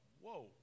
whoa